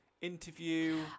interview